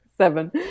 seven